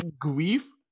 grief